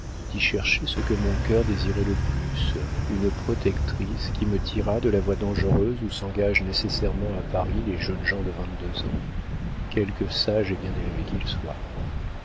d'y chercher ce que mon cœur désirait le plus une protectrice qui me tirât de la voie dangereuse où s'engagent nécessairement à paris les jeunes gens de vingt-deux ans quelque sages et bien élevés qu'ils soient